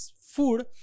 food